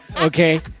Okay